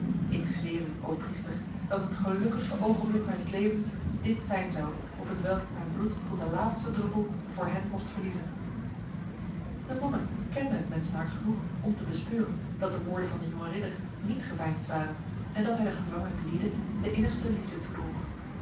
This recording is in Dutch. ik zweer u o priester dat het gelukkigste ogenblik mijns levens dit zijn zou op hetwelk ik mijn bloed tot de laatste druppel voor hen mocht verliezen de monnik kende het mensenhart genoeg om te bespeuren dat de woorden van de jonge ridder niet geveinsd waren en dat hij de gevangen gwyde de innigste liefde